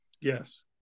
Yes